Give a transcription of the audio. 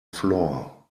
floor